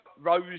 rose